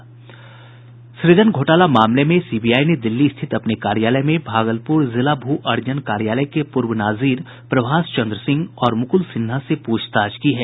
सुजन घोटला मामले में सीबीआई ने दिल्ली स्थित अपने कार्यालय में भागलूपर जिला भू अर्जन कार्यालय के पूर्व नाजिर प्रभाष चंद्र सिंह और मुकूल सिन्हा से पूछताछ की है